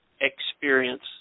experience